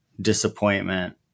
disappointment